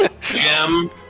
gem